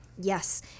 yes